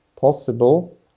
possible